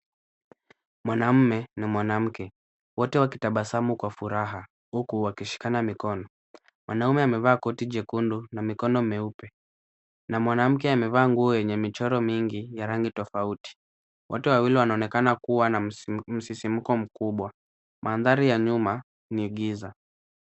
Mwanaume na mwanamke, wote wakitabasamu kwa furaha huku wakishikana mikono. Mwanaume amevaa koti jekundu na mikono meupe na mwanamke amevaa nguo yenye michoro mingi ya rangi tofauti. Wote wawili wanaonekana kuwa na msisimko mkubwa. Mandhari ya nyuma ni giza.